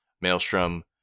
Maelstrom